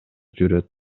жүрөт